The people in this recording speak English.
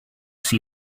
see